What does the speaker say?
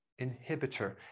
inhibitor